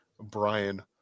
Brian